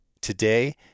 Today